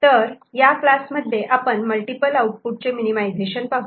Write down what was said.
तर या क्लासमध्ये आपण मल्टिपल आउटपुट चे मिनीमायझेशन पाहू